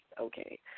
okay